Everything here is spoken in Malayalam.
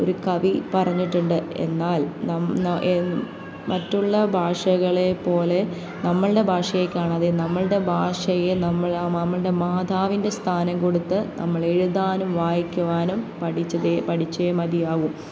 ഒരു കവി പറഞ്ഞിട്ടുണ്ട് എന്നാൽ മറ്റുള്ള ഭാഷകളെ പോലെ നമ്മളുടെ ഭാഷയെ കാണാതെ നമ്മളുടെ ഭാഷയെ നമ്മൾ നമ്മളുടെ മാതാവിൻ്റെ സ്ഥാനം കൊടുത്ത് നമ്മളെഴുതാനും വായിക്കുവാനും പഠിച്ചതേ പഠിച്ചേ മതിയാവൂ